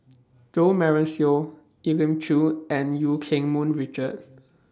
Jo Marion Seow Elim Chew and EU Keng Mun Richard